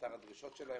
אינוונטר הדרישות שלהם,